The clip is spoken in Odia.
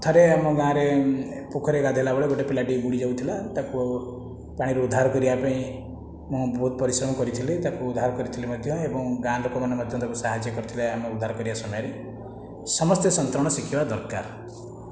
ଥରେ ଆମ ଗାଁରେ ପୋଖରିରେ ଗାଧୋଇଲା ବେଳେ ଗୋଟିଏ ପିଲାଟିଏ ବୁଡି ଯାଉଥିଲା ତାକୁ ପାଣିରୁ ଉଦ୍ଧାର କରିବାପାଇଁ ମୁଁ ବହୁତ ପରିଶ୍ରମ କରିଥିଲି ତାକୁ ଉଦ୍ଧାର କରିଥିଲି ମଧ୍ୟ ଏବଂ ଗାଁ ଲୋକମାନେ ମଧ୍ୟ ତାକୁ ସାହାଯ୍ୟ କରିଥିଲେ ଆମେ ଉଦ୍ଧାର କରିବା ସମୟରେ ସମସ୍ତେ ସନ୍ତରଣ ଶିଖିବା ଦରକାର